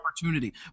opportunity